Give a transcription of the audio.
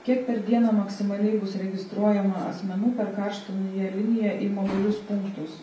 kiek per dieną maksimaliai bus registruojama asmenų per karštąją liniją į mobilius punktus